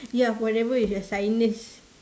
ya forever is your sinus